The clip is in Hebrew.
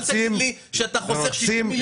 אל תגיד לי שאתה חוסך 60 מיליון